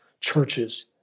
churches